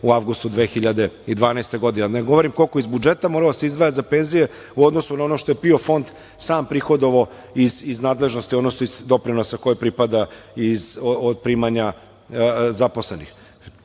u avgustu 2012. godine, a da ne govorim koliko iz budžeta mora da se izdvaja za penzije u odnosu na ono što je PIO fond sam prihodovao iz nadležnosti, odnosno iz doprinosa koje pripada od primanja zaposlenih,